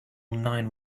nine